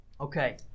Okay